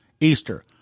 Easter